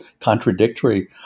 contradictory